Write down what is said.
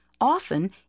often